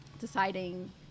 deciding